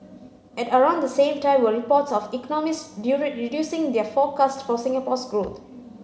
at around the same time were reports of economists reducing their forecast for Singapore's growth